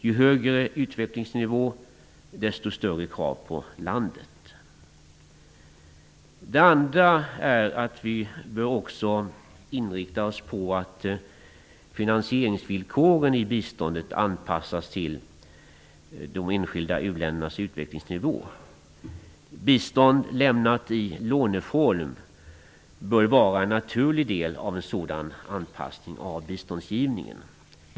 Ju högre utvecklingsnivå, desto större krav kan man ställa på landet. Vi bör också se till att finansieringsvillkoren i biståndet anpassas till de enskilda u-ländernas utvecklingsnivåer. Bistånd i låneform bör vara en naturlig del av en sådan anpassning av biståndsgivningen.